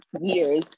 years